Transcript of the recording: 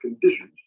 conditions